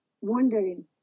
wondering